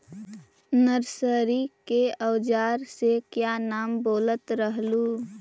Nursery के ओजार के क्या नाम बोलत रहलू?